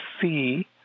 see